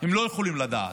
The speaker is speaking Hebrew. הם לא יכולים לדעת.